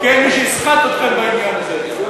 כי אין מי שיסחט אתכם בעניין הזה.